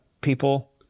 people